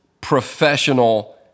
professional